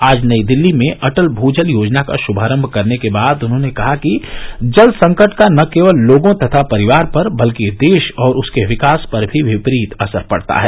आज नई दिल्ली में अटल भूजल योजना का श्भारंभ करने के बाद उन्होंने कहा कि जल संकट का न केवल लोगों तथा परिवारों पर बल्कि देश और उसके विकास पर भी विपरीत असर पड़ता है